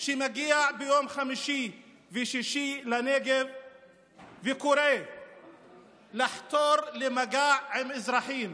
שמגיע ביום חמישי ושישי לנגב וקורא לחתור למגע עם אזרחים.